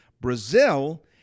Brazil